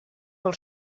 pel